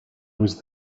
was